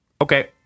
Okay